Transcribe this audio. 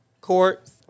courts